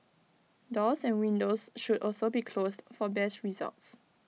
doors and windows should also be closed for best results